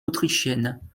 autrichienne